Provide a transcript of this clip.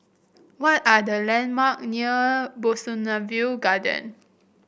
what are the landmark near Bougainvillea Garden